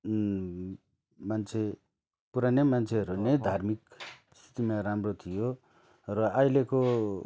मान्छे पुरानै मान्छेहरू नै धार्मिक स्थितिमा राम्रो थियो र अहिलेको